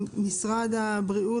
הכלכלה,